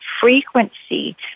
frequency